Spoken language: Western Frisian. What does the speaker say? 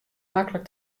maklik